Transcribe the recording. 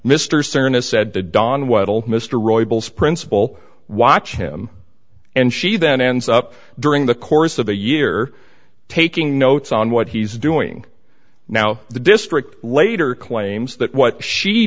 weddle mr roy bowles principle watch him and she then ends up during the course of a year taking notes on what he's doing now the district later claims that what she